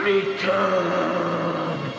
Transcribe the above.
Return